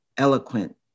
eloquent